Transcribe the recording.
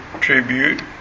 tribute